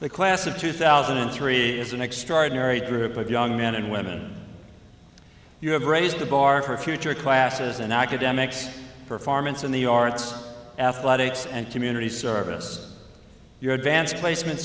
the class of two thousand and three is an extraordinary group of young men and women you have raised the bar for future classes and academics performance in the arts athletics and community service your advanced placement